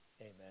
amen